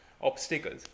obstacles